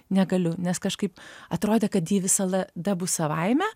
negaliu nes kažkaip atrodė kad ji visada bus savaime